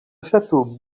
château